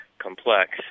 complex